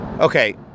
Okay